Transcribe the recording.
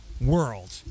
world